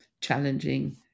challenging